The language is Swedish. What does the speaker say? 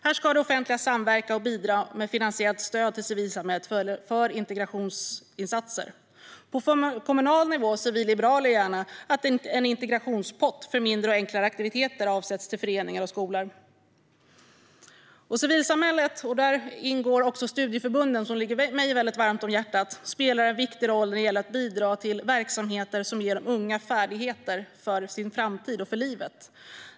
Här ska det offentliga samverka och bidra med finansiellt stöd till civilsamhället för integrationsinsatser. På kommunal nivå ser vi liberaler gärna att en integrationspott för mindre och enklare aktiviteter avsätts till föreningar och skolor. Civilsamhället - där ingår också studieförbunden, som ligger mig väldigt varmt om hjärtat - spelar en viktig roll när det gäller att bidra till verksamheter som ger unga färdigheter för framtiden och för livet.